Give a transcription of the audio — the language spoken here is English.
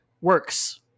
works